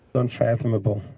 unfathomable.